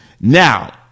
Now